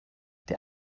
der